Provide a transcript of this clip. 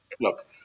Look